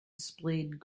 displayed